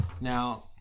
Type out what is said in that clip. Now